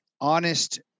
honest